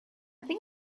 think